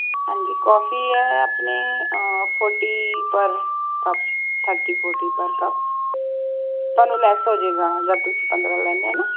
ਹਾਂਜੀ ਕੌਫੀ ਹੈ ਆਪਣੇ forty per cup thirty forty per cup ਤੁਹਾਨੂੰ ਲੈੱਸ ਹੋ ਜੇਗਾ ਅਗਰ ਤੁਸੀਂ ਪੰਦਰਾਂ ਲੈਂਦੇ ਹੋ ਨਾ